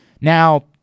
Now